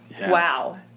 wow